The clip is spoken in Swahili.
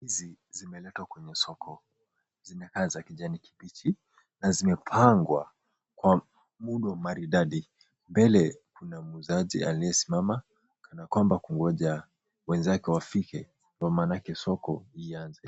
Ndizi zimeletwa kwenye soko. Zinakaa za kijani kibichi na zimepangwa kwa muundo maridadi. Mbele kuna muuzaji aliyesimama kanakwamba kungoja wenzake wafike ndo maanake soko ianze.